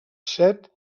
set